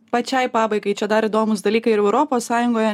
pačiai pabaigai čia dar įdomūs dalykai ir europos sąjungoje